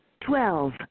Twelve